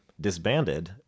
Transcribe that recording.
disbanded